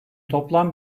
toplam